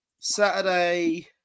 Saturday